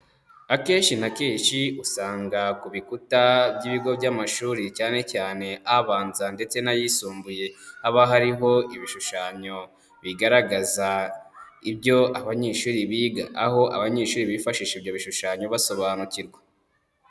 Akenshi na kenshi usanga ku bikuta by'ibigo by'amashuri cyane cyane abanza ndetse n'ayisumbuye haba hariho ibishushanyo bigaragaza ibyo abanyeshuri biga, aho abanyeshuri bifashisha ibyo bishushanyo basobanukirwa.